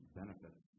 benefits